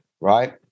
Right